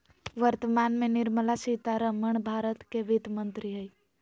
वर्तमान में निर्मला सीतारमण भारत के वित्त मंत्री हइ